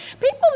people